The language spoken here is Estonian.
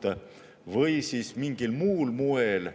teha seda mingil muul moel?